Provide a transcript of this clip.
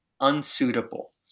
unsuitable